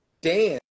Dan